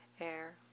air